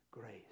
grace